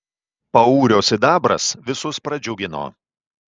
paurio sidabras visus pradžiugino